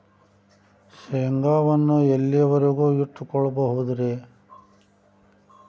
ಶೇಂಗಾವನ್ನು ಎಲ್ಲಿಯವರೆಗೂ ಇಟ್ಟು ಕೊಳ್ಳಬಹುದು ರೇ?